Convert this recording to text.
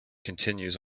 continues